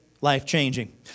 life-changing